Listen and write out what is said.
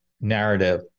narrative